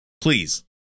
Please